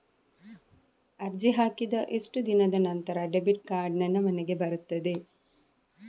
ಅರ್ಜಿ ಹಾಕಿದ ಎಷ್ಟು ದಿನದ ನಂತರ ಡೆಬಿಟ್ ಕಾರ್ಡ್ ನನ್ನ ಮನೆಗೆ ಬರುತ್ತದೆ?